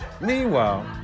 Meanwhile